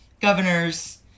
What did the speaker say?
governors